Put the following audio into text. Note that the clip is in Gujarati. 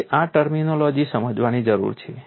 તમારે આ ટર્મિનોલોજી સમજવાની જરૂર છે